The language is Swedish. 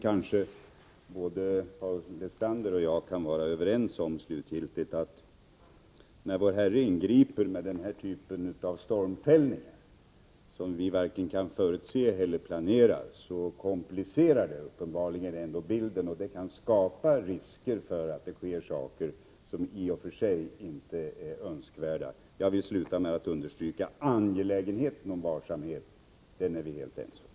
Kanske Paul Lestander och jag slutgiltigt kan vara överens om att när vår Herre ingriper med den här typen av stormfällningar, som vi varken kan förutse eller planera, så komplicerar det bilden och det kan skapa risker för att saker inträffar som i och för sig inte är önskvärda. Jag vill sluta med att understryka angelägenheten av varsamhet. Den är vi helt ense om.